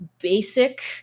basic